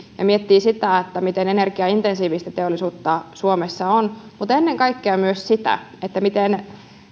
ja miettii sitä miten energiaintensiivistä teollisuutta suomessa on on ennen kaikkea se miten